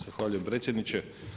Zahvaljujem predsjedniče.